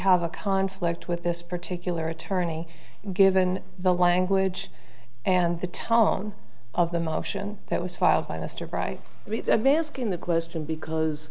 have a conflict with this particular attorney given the language and the tone of the motion that was filed by mr bright manske in the question because